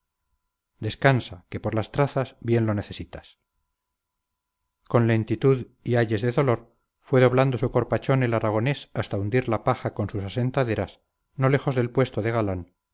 descansa que por las trazas bien lo necesitas con lentitud y ayes de dolor fue doblando su corpachón el aragonés hasta hundir la paja con sus asentaderas no lejos del puesto de galán